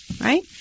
Right